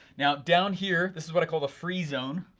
now, down here, this is what i call the free zone.